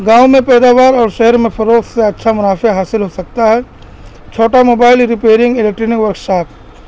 گاؤں میں پیداوار اور شہر میں فروغ سے اچھا منافع حاصل ہو سکتا ہے چھوٹا موبائل ریپئرنگ الیکٹرنک ورکشاپ